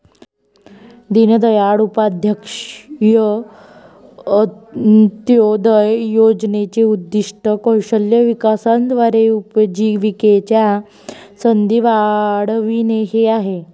दीनदयाळ उपाध्याय अंत्योदय योजनेचे उद्दीष्ट कौशल्य विकासाद्वारे उपजीविकेच्या संधी वाढविणे हे आहे